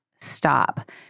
stop